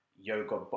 yoga